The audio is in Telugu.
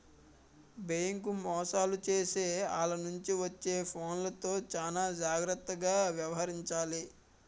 బేంకు మోసాలు చేసే ఆల్ల నుంచి వచ్చే ఫోన్లతో చానా జాగర్తగా యవహరించాలి